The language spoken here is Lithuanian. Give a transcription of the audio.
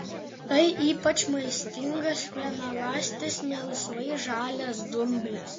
tai ypač maistingas vienaląstis melsvai žalias dumblis